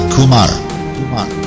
Kumar